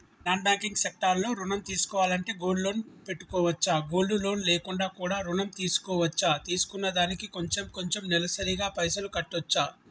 Non banking sector లో ఋణం తీసుకోవాలంటే గోల్డ్ లోన్ పెట్టుకోవచ్చా? గోల్డ్ లోన్ లేకుండా కూడా ఋణం తీసుకోవచ్చా? తీసుకున్న దానికి కొంచెం కొంచెం నెలసరి గా పైసలు కట్టొచ్చా?